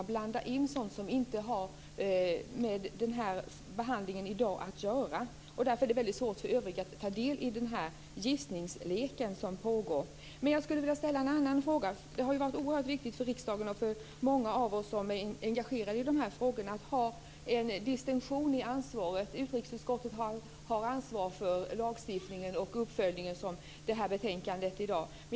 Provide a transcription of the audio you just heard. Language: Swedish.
Man blandar in sådant som inte har med behandlingen av detta ärende att göra. Då blir det svårt för övriga att ta del i den gissningslek som pågår. Men jag vill ställa en annan fråga. Det har varit oerhört viktigt för riksdagen och för många av oss som är engagerade i dessa frågor att göra en distinktion i ansvaret. Utrikesutskottet har ansvaret för lagstiftningen och uppföljningen.